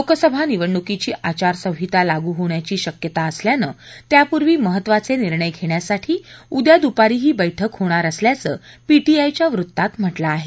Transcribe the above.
लोकसभा निवडणूकीची आचार संहिता लागू होण्याची शक्यता असल्यानं त्यापूर्वी महत्त्वाचे निर्णय घेण्यासाठी उद्या दुपारी ही बैठक होणार असल्याचं पीटीआयच्या वृत्तात म्हटलं आहे